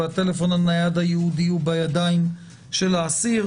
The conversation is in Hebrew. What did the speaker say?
והטלפון הנייד הייעודי הוא בידי האסיר.